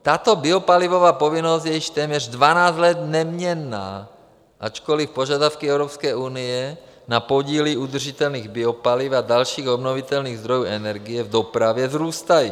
Tato biopalivová povinnost je již téměř 12 let neměnná, ačkoli požadavky Evropské unie na podíly udržitelných biopaliv a dalších obnovitelných zdrojů energie v dopravě vzrůstají.